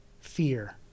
fear